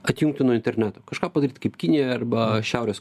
atjungti nuo interneto kažką padaryt kaip kinija arba šiaurės